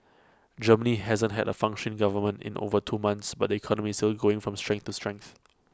Germany hasn't had A function government in over two months but the economy is still going from strength to strength